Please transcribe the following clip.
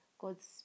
god's